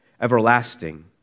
everlasting